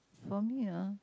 for me ah